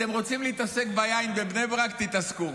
אתם רוצים להתעסק ביין בבני ברק, תתעסקו,